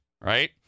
Right